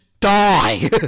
Die